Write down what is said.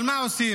אבל מה עושים?